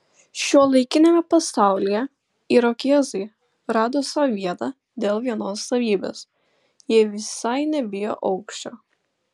šiuolaikiniame pasaulyje irokėzai rado sau vietą dėl vienos savybės jie visai nebijo aukščio